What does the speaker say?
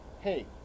hey